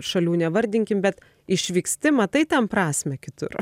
šalių nevardinkim bet išvyksti matai ten prasmę kitur